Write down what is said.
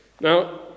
Now